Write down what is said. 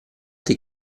dei